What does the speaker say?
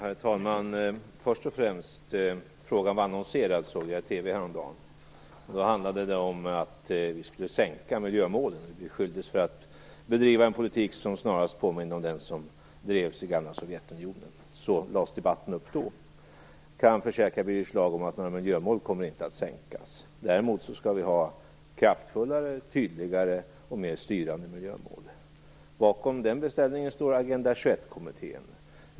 Herr talman! Först och främst: Jag såg häromdagen i TV att den här frågan var aviserad. Det handlade då om att vi skulle sänka miljömålen. Vi beskylldes för att bedriva en politik som snarast påminner om den som drevs i det gamla Sovjetunionen. Så lades debatten upp då. Jag kan försäkra Birger Schlaug om att några miljömål inte kommer att sänkas. Däremot skall vi ha kraftfullare, tydligare och mer styrande miljömål. Bakom den beställningen står Agenda 21-kommittén.